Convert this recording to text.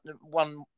one